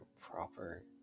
proper